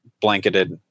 blanketed